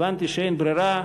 הבנתי שאין ברירה,